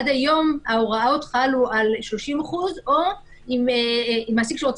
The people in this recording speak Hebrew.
עד היום ההוראות חלו על 30% או אם מעסיק שרוצה